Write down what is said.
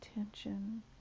attention